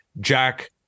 Jack